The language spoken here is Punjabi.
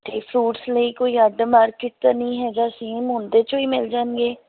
ਅਤੇ ਫਰੂਟਸ ਲਈ ਕੋਈ ਅੱਡ ਮਾਰਕੀਟ ਤਾਂ ਨਹੀਂ ਹੈਗਾ ਸੇਮ ਉਹਦੇ 'ਚੋਂ ਹੀ ਮਿਲ ਜਾਣਗੇ